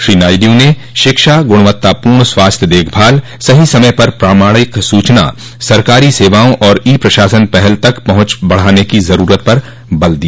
श्री नायडू ने शिक्षा गुणवत्तापूर्ण स्वास्थ्य देखभाल सही समय पर प्रामाणिक सूचना सरकारी सेवाओं और ई प्रशासन पहल तक पहुंच बढ़ाने की ज़रूरत पर बल दिया